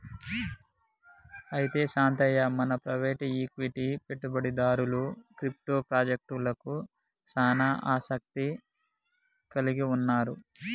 అయితే శాంతయ్య మన private equity పెట్టుబడిదారులు క్రిప్టో పాజెక్టలకు సానా ఆసత్తి కలిగి ఉన్నారు